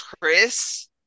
Chris